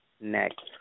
next